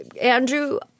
Andrew